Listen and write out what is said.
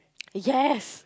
yes